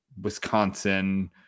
wisconsin